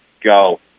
go